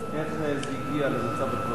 איך זה הגיע למצב הדברים הזה.